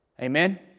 Amen